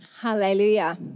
Hallelujah